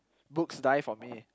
books die for me